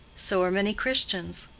so are many christians.